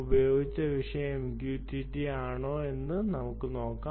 ഉപയോഗിച്ച വിഷയം MQTT ആണൊ എന്ന് നമുക്ക് നോക്കാം